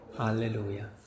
Hallelujah